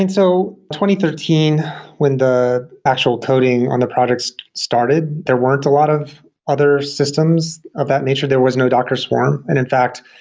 and so thirteen when the actual coding on the project started there weren't a lot of other systems of that nature. there was no docker swarm. and in fact,